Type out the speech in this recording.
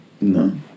No